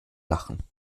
lachen